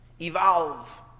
evolve